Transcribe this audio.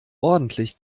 ordentlich